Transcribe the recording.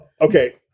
Okay